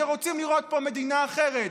שרוצים לראות פה מדינה אחרת,